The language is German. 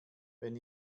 wenn